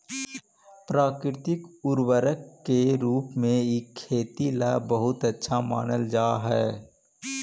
प्राकृतिक उर्वरक के रूप में इ खेती ला बहुत अच्छा मानल जा हई